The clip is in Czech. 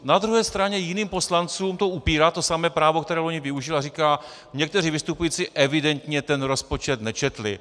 Na druhé straně jiným poslancům upírá to samé právo, které loni využil, a říká: někteří vystupující evidentně rozpočet nečetli.